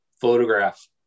photograph